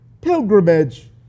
pilgrimage